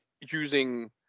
using